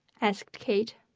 asked kate.